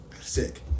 sick